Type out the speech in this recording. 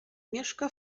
mieszka